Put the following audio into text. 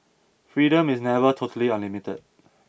freedom is never totally unlimited